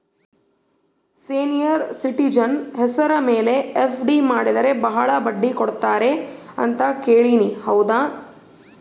Senior citizen ಹೆಸರ ಮೇಲೆ FD ಮಾಡಿದರೆ ಬಹಳ ಬಡ್ಡಿ ಕೊಡ್ತಾರೆ ಅಂತಾ ಕೇಳಿನಿ ಹೌದಾ?